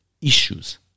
issues